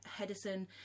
Hedison